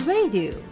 Radio